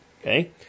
Okay